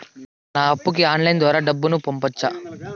నా అప్పుకి ఆన్లైన్ ద్వారా డబ్బును పంపొచ్చా